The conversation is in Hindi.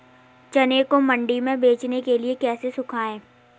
चने को मंडी में बेचने के लिए कैसे सुखाएँ?